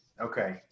Okay